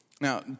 Now